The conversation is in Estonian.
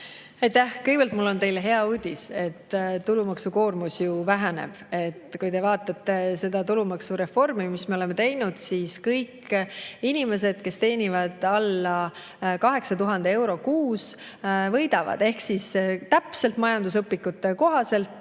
Kõigepealt, mul on teile hea uudis: tulumaksukoormus ju väheneb. Kui te vaatate seda tulumaksureformi, mis me oleme teinud, siis kõik inimesed, kes teenivad alla 8000 euro kuus, võidavad. Ehk siis täpselt majandusõpikute kohaselt,